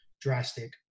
drastic